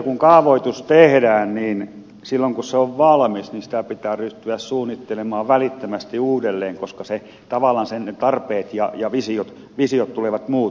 kun kaavoitus tehdään niin silloin kun se on valmis sitä pitää ryhtyä suunnittelemaan välittömästi uudelleen koska tavallaan sen tarpeet ja visiot tulevat muuttumaan